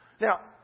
Now